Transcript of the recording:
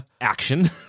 Action